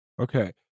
Okay